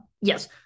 Yes